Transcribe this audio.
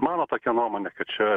mano tokia nuomonė kad čia